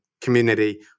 community